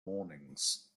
mornings